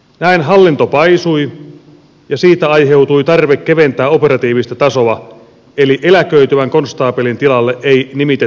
näin hallinto paisui ja siitä aiheutui tarve keventää operatiivista tasoa eli eläköityvän konstaapelin tilalle ei nimitettykään ketään